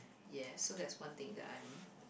yes so that's one thing that I'm